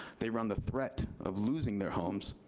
they run the threat of losing their homes.